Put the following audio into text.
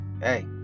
hey